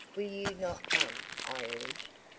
will you not come? i urged.